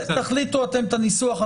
תחליטו על הניסוח.